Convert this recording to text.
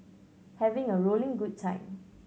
having a rolling good time